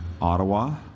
Ottawa